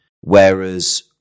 Whereas